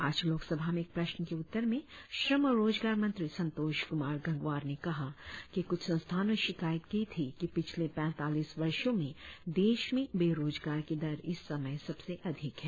आज लोकसभा में एक प्रश्न के उत्तर में श्रम और रोजगार मंत्री संतोष कुमार गंगवार ने कहा कि कुछ संस्थानों ने शिकायत की थी कि पिछले पैतालीस वर्षों में देश में बेरोजगार की दर इस समय सबसे अधिक है